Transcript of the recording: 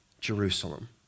Jerusalem